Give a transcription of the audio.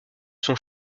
son